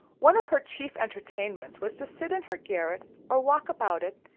one of her chief entertainments was to sit in her garret, or walk about it,